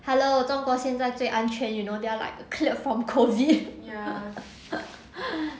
hello 中国现在最安全 you know they are like clear from COVID ya